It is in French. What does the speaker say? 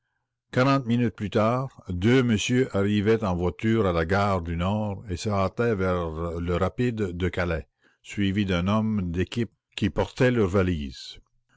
minutes plus tard deux messieurs arrivaient en voiture à la gare du nord et se hâtaient vers le rapide de calais suivis d'un homme d'équipe qui portait leurs valises